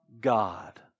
God